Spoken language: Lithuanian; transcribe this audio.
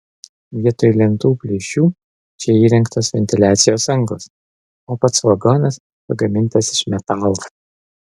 vietoj lentų plyšių čia įrengtos ventiliacijos angos o pats vagonas pagamintas iš metalo